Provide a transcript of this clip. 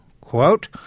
quote